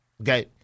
okay